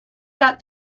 that